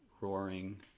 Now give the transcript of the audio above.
roaring